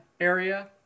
area